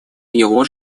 его